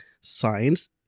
science